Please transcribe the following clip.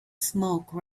smoke